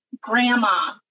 grandma